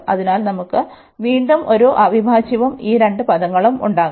അതിനാൽ നമുക്ക് വീണ്ടും ഒരു അവിഭാജ്യവും ഈ രണ്ട് പദങ്ങളും ഉണ്ടാകും